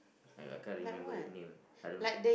yeah I can't remember the name I don't know